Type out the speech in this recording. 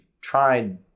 tried